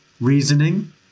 reasoning